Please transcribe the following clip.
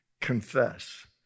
confess